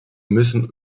müssen